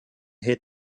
hit